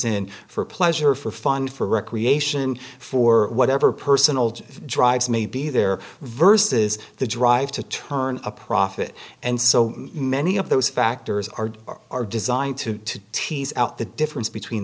in for pleasure for fun for recreation for whatever personal drives may be there versus the drive to turn a profit and so many of those factors are are designed to tease out the difference between